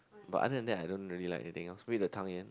but other than that I don't really like anything else wait the tang-yuan